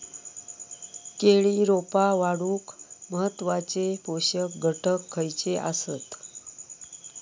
केळी रोपा वाढूक महत्वाचे पोषक घटक खयचे आसत?